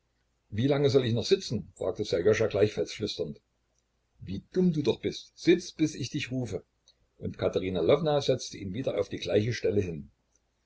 wie lange soll ich noch sitzen fragte sserjoscha gleichfalls flüsternd wie dumm du doch bist sitz bis ich dich rufe und katerina lwowna setzte ihn wieder auf die gleiche stelle hin